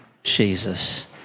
jesus